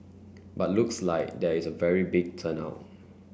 but looks like there is a very big turn out